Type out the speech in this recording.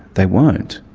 they won't.